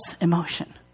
emotion